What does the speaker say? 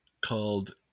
called